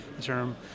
term